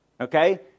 Okay